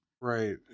Right